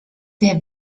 der